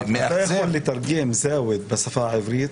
אתה יכול לתרגם "יוזאוויד"